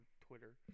Twitter